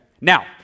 Now